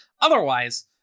Otherwise